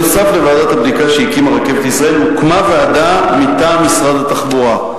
נוסף על ועדת הבדיקה שהקימה "רכבת ישראל" הוקמה ועדה מטעם משרד התחבורה,